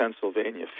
Pennsylvania